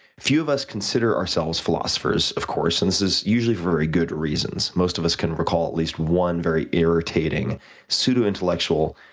few of us consider ourselves philosophers, of course, and this is usually for very good reasons. most of us can recall at least one very irritating pseudo intellectual,